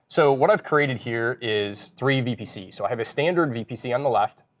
so what i've created here is three vpcs. so i have a standard vpc on the left.